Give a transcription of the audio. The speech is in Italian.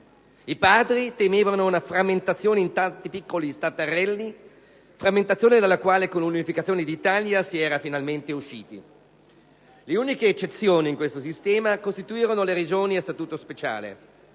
I Padri temevano una frammentazione in tanti piccoli staterelli, frammentazione dalla quale, con l'unificazione d'Italia, si era finalmente usciti. Le uniche eccezioni in questo sistema furono le Regioni a statuto speciale,